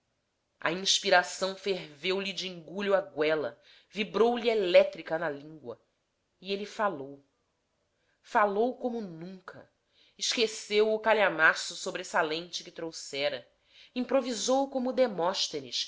a inspiração ferveu lhe de engulho à goela vibrou lhe elétrica na língua e ele falou falou como nunca esqueceu o calhamaço sobressalente que trouxera improvisou como demóstenes